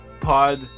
Pod